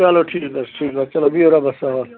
چَلو ٹھیٖک حظ ٹھیٖک حظ چَلو بِہِو رۅبس حَوال